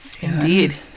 indeed